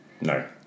No